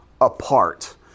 apart